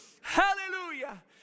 Hallelujah